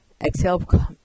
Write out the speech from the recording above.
Exhale